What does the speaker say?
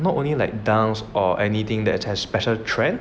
not only like dunks or anything that has special trend